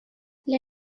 для